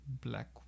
black